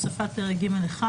הוספת פרק ג'1,